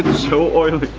so oily.